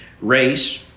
race